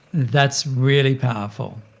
that's really powerful.